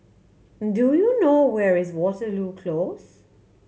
do you know where is Waterloo Close